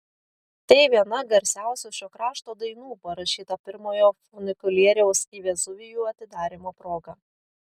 tai viena garsiausių šio krašto dainų parašyta pirmojo funikulieriaus į vezuvijų atidarymo proga